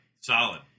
solid